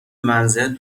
منزل